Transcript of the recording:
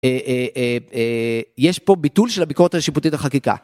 יש פה ביטול של הביקורת השיפוטית על חקיקה.